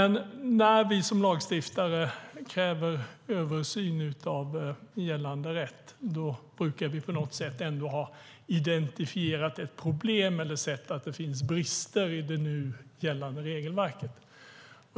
När vi som lagstiftare kräver översyn av gällande rätt brukar vi ändå på något sätt ha identifierat ett problem eller sett att det finns brister i det nu gällande regelverket.